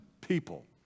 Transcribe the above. people